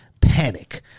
Panic